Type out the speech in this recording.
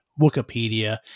Wikipedia